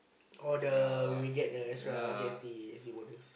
or the when we get the extra G_S_T S_G Bonus